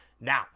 Now